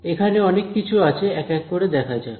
এখানে অনেক কিছু আছে এক এক করে দেখা যাক